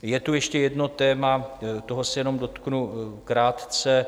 Je tu ještě jedno téma, toho se jenom dotknu krátce.